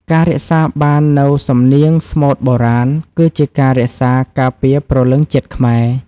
ការរក្សាបាននូវសំនៀងស្មូតបុរាណ គឺជាការរក្សាការពារព្រលឹងជាតិខ្មែរ។